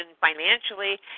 financially